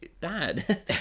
bad